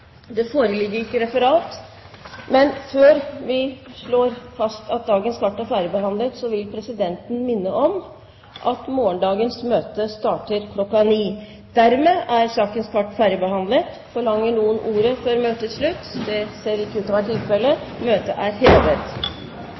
Det foreligger ikke noe referat. Før vi slår fast at dagens kart er ferdigbehandlet, vil presidenten minne om at morgendagens møte starter kl. 9. Forlanger noen ordet før møtets slutt? – Møtet er hevet.